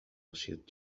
نشيط